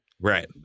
Right